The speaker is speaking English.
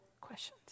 questions